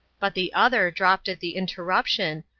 but the other dropped at the interruption,